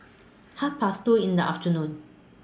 Half Past two in The afternoon